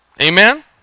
amen